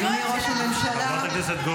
זה מה שאמרת השבוע בערוץ הכנסת.